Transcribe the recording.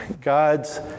God's